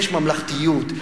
יש ממלכתיות,